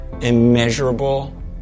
Immeasurable